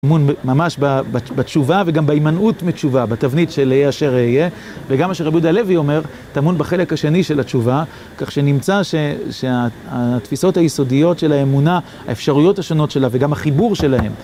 טמון ממש בתשובה וגם בהמנעות מתשובה, בתבנית של אהיה אשר אהיה וגם אשר רבי יהודה לוי אומר, טמון בחלק השני של התשובה, כך שנמצא שהתפיסות היסודיות של האמונה, האפשרויות השונות שלה וגם החיבור שלהן